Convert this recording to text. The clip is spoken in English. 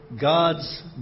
God's